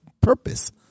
purpose